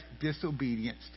disobedience